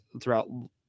throughout